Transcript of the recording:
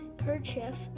kerchief